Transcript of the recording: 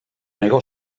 negó